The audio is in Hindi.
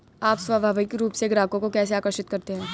आप स्वाभाविक रूप से ग्राहकों को कैसे आकर्षित करते हैं?